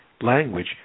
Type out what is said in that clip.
language